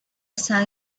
saw